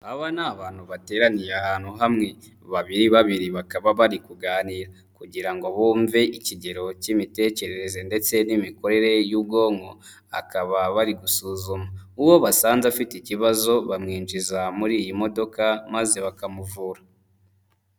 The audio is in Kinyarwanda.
Aba ni abantu bateraniye ahantu hamwe. Babiri babiri bakaba bari kuganira. Kugira ngo bumve ikigero cy'imitekerereze ndetse n'imikorere y'ubwonko. Akaba bari gusuzuma. Uwo basanze afite ikibazo bamwinjiza muri iyi modoka maze bakamuvura.